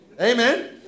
Amen